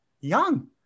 young